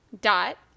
dot